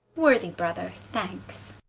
worthy brother thanks